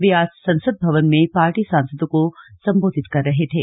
वे आज संसद भवन में पार्टी सांसदों को संबोधित कर रहे थे